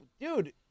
dude